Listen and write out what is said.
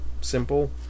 simple